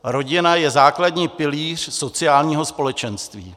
Rodina je základní pilíř sociálního společenství.